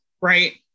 right